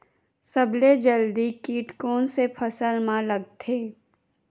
सबले जल्दी कीट कोन से फसल मा लगथे?